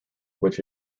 which